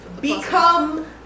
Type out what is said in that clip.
become